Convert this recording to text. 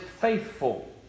faithful